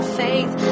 faith